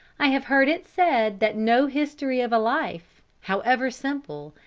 i have heard it said that no history of a life, however simple,